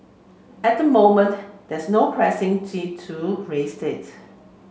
at the moment there's no pressing to raise it